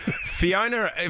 Fiona